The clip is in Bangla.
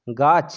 গাছ